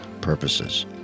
purposes